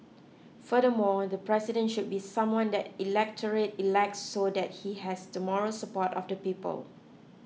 furthermore the president should be someone that the electorate elects so that he has the moral support of the people